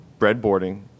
breadboarding